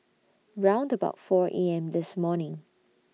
round about four A M This morning